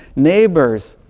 neighbors.